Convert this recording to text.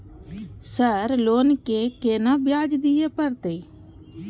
Sir loan के केना ब्याज दीये परतें?